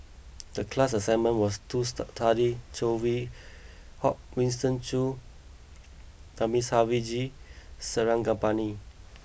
the class assignment was to study Saw Swee Hock Winston Choos Thamizhavel G Sarangapani